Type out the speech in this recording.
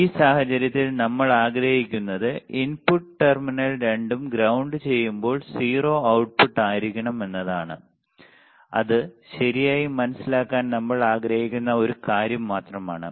ഈ സാഹചര്യത്തിൽ നമ്മൾ ആഗ്രഹിക്കുന്നത് ഇൻപുട്ട് ടെർമിനൽ രണ്ടും ground ചെയ്യുമ്പോൾ 0 output ആയിരിക്കണം എന്നതാണ് അത് ശരിയായി മനസിലാക്കാൻ നമ്മൾ ആഗ്രഹിക്കുന്ന ഒരു കാര്യം മാത്രമാണ്